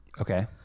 Okay